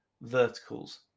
verticals